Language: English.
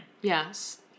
yes